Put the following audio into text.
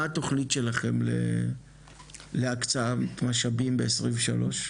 מה התכנית שלכם להקצאת משאבים ב-2023?